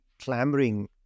clamoring